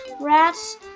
Rats